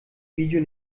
video